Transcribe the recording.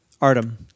Artem